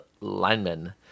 lineman